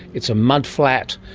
it's a mud flat.